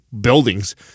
buildings